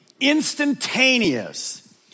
instantaneous